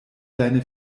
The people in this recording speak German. deine